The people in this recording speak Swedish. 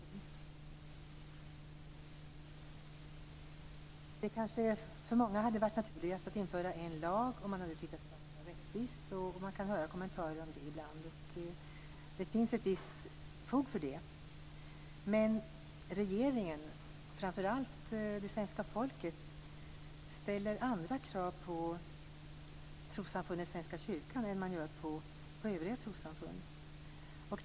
Det hade kanske för många varit naturligast att införa en lag. Man hade tyckt att det hade varit mera rättvist. Man kan ibland höra sådana kommentarer, och det finns ett visst fog för det. Men regeringen och framför allt svenska folket ställer andra krav på trossamfundet Svenska kyrkan än på övriga trossamfund.